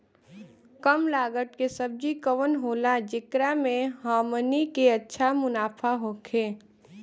कम लागत के सब्जी कवन होला जेकरा में हमनी के अच्छा मुनाफा होखे?